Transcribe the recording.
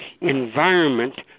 environment